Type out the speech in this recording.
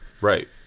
Right